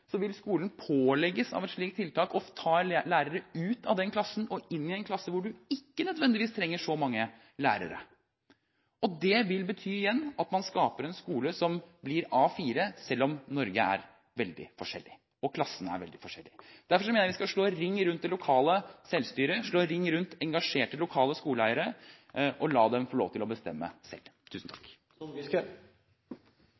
vil skolen med et slikt tiltak pålegges å ta lærere ut av den klassen og inn i en klasse hvor man ikke nødvendigvis trenger så mange lærere. Det vil igjen bety at man skaper en skole som blir A4, selv om Norge er veldig forskjellig og klassene er veldig forskjellige. Derfor mener jeg vi skal slå ring rundt det lokale selvstyret, slå ring rundt engasjerte lokale skoleeiere og la dem få lov til å bestemme selv.